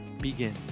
begin